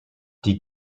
die